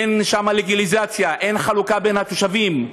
אין שם לגליזציה, אין חלוקה בין התושבים.